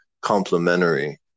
complementary